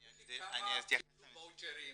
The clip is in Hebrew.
תגיד לי כמה קיבלו ואוצ'רים,